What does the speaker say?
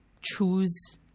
choose